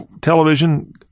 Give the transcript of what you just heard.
television